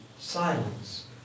silence